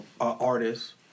artists